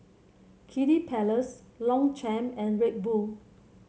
Kiddy Palace Longchamp and Red Bull